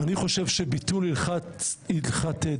אני חושב שביטול הלכת דרעי-פנחסי,